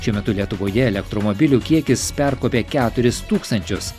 šiuo metu lietuvoje elektromobilių kiekis perkopė keturis tūkstančius